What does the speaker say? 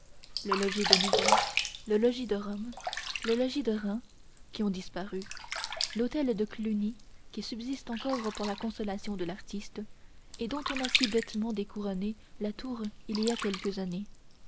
le logis de nevers le logis de rome le logis de reims qui ont disparu l'hôtel de cluny qui subsiste encore pour la consolation de l'artiste et dont on a si bêtement découronné la tour il y a quelques années